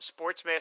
Sportsmaster